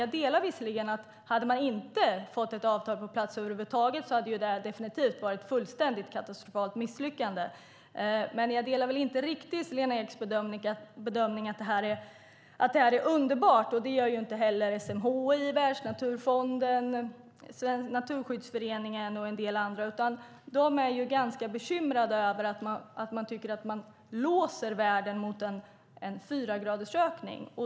Jag delar förvisso åsikten att om man över huvud taget inte hade fått ett avtal på plats hade det varit ett katastrofalt misslyckande. Däremot delar jag inte Lena Eks bedömning att det är underbart. Det gör inte heller SMHI, Världsnaturfonden, Naturskyddsföreningen och en del andra, utan de är ganska bekymrade och menar att man låser världen vid en fyragradersökning.